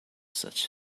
such